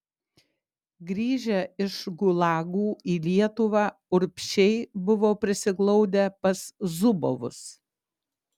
grįžę iš gulagų į lietuvą urbšiai buvo prisiglaudę pas zubovus